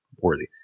worthy